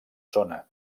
zona